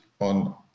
on